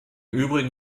übrigen